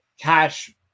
cash